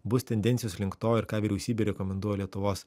bus tendencijos link to ir ką vyriausybė rekomenduoja lietuvos